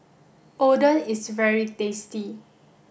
Oden is very tasty